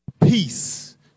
peace